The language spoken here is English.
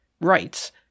rights